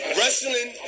Wrestling